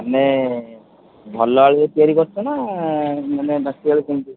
ମାନେ ଭଲ ଆଳୁରେ ତିଆରି କରୁଛ ନା ମାନେ ବାସି ଆଳୁ କେମିତି